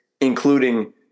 including